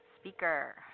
speaker